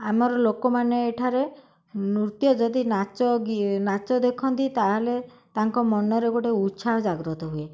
ଆମର ଲୋକମାନେ ଏଠାରେ ନୃତ୍ୟ ଯଦି ନାଚ ଗି ନାଚ ଦେଖନ୍ତି ତା'ହେଲେ ତାଙ୍କ ମନରେ ଗୋଟେ ଉତ୍ସାହ ଜାଗ୍ରତ ହୁଏ